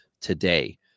today